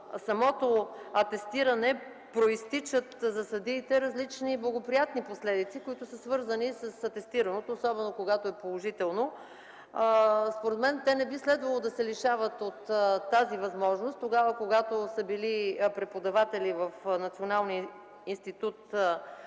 самото атестиране произтичат за съдиите различни благоприятни последици, които са свързани с атестирането, особено когато е положително. Според мен те не би следвало да се лишават от тази възможност, когато са били преподаватели в Националния институт